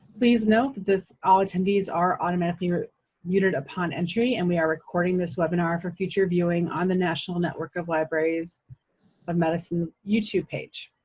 please note all attendees are automatically muted upon entry and we are recording this webinar for future viewing on the national network of libraries of medicine youtube page.